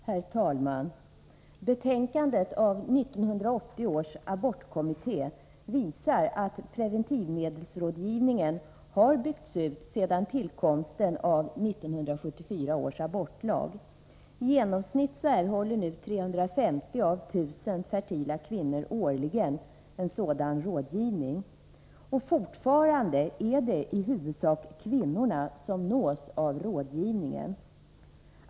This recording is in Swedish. Herr talman! Betänkandet av 1980 års abortkommitté visar att preventivmedelsrådgivningen har byggts ut sedan tillkomsten av 1974 års abortlag. I genomsnitt erhåller nu 350 av 1000 fertila kvinnor årligen en sådan rådgivning. Fortfarande är det i huvudsak kvinnorna som nås av rådgivningen.